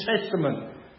Testament